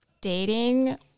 dating